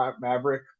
Maverick